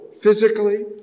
physically